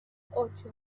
ocho